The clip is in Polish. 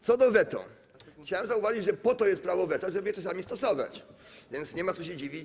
Co do weta to chciałem zauważyć, że po to jest prawo weta, żeby je czasami stosować, więc nie ma się co dziwić.